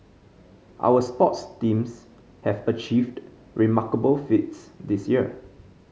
our sports teams have achieved remarkable feats this year